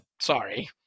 Sorry